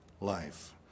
life